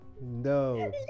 No